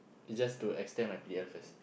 is just to extend my P_R first